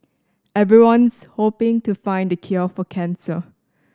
everyone's hoping to find the cure for cancer